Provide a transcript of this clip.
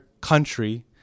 country